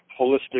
holistic